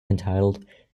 entitled